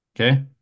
Okay